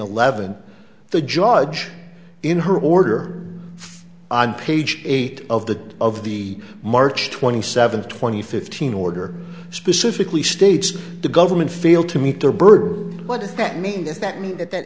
eleven the judge in her order on page eight of the of the march twenty seventh twenty fifteen order specifically states that the government failed to meet their burden what does that mean if that